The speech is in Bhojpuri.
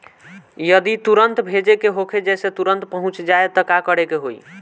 जदि तुरन्त भेजे के होखे जैसे तुरंत पहुँच जाए त का करे के होई?